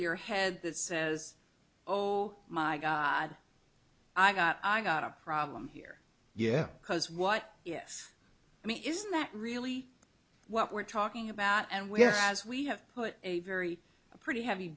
your head that says oh oh my god i got i got a problem here yeah because what yes i mean isn't that really what we're talking about and we're as we have put a very pretty heavy